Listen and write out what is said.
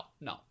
No